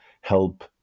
help